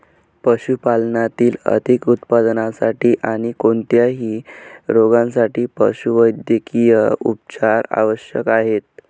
पशुपालनातील अधिक उत्पादनासाठी आणी कोणत्याही रोगांसाठी पशुवैद्यकीय उपचार आवश्यक आहेत